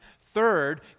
Third